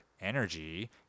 energy